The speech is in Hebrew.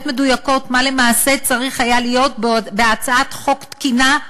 מדויקות מה למעשה היה צריך להיות בהצעת חוק תקינה,